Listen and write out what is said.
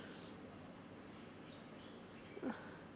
ugh